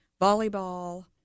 volleyball